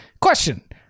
Question